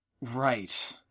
Right